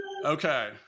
Okay